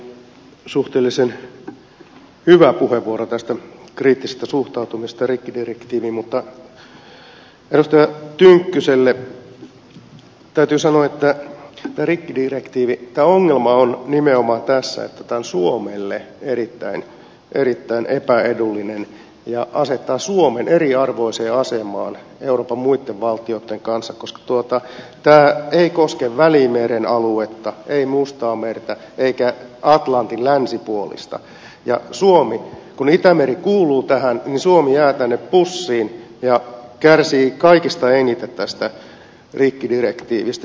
edustaja rajamäellä oli suhteellisen hyvä puheenvuoro tästä kriittisestä suhtautumisesta rikkidirektiiviin mutta edustaja tynkkyselle täytyy sanoa että tämän rikkidirektiivin ongelma on nimenomaan tässä että tämä on suomelle erittäin epäedullinen ja asettaa suomen eriarvoiseen asemaan euroopan muitten valtioitten kanssa koska tämä ei koske välimeren aluetta ei mustaamerta eikä atlantin länsipuolta mutta suomi kun itämeri kuuluu tähän jää tänne pussiin ja kärsii kaikista eniten tästä rikkidirektiivistä